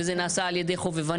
וזה נעשה על ידי חובבנים,